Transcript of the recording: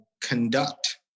conduct